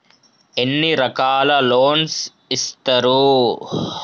ఎన్ని రకాల లోన్స్ ఇస్తరు?